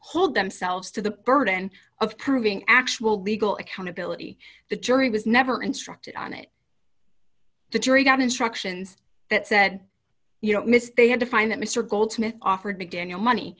hold themselves to the burden of proving actual legal accountability the jury was never instructed on it the jury got instructions that said you know miss they had to find that mr goldsmith offered mcdaniel money